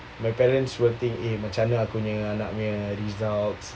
my parents will think eh macam mana aku nya anak nya results